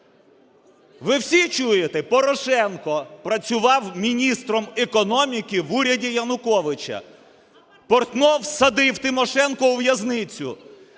Ви всі чуєте? Порошенко працював міністром економіки в уряді Януковича, Портнов садив Тимошенко у в'язницю.